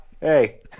Hey